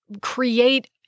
create